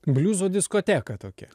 bliuzo diskoteka tokia